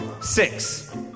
Six